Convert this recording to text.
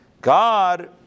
God